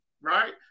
right